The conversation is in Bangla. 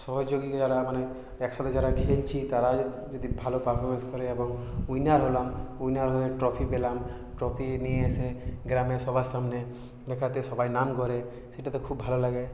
সহযোগী যারা মানে একসাথে যারা খেলছি তারা যদি ভালো পারফরম্যান্স করে এবং উইনার হলাম উইনার হয়ে ট্রফি পেলাম ট্রফি নিয়ে এসে গ্রামে সবার সামনে দেখাতে সবাই নাম করে সেটা তো খুব ভালো লাগে